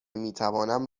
میتوانم